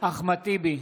אחמד טיבי,